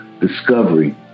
discovery